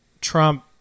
Trump